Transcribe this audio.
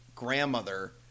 grandmother